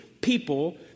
people